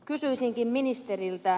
kysyisinkin ministeriltä